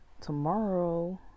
tomorrow